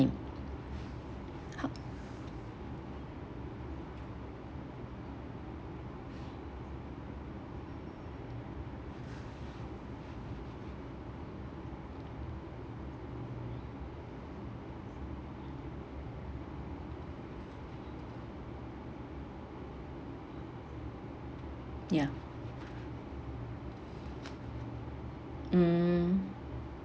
ya mm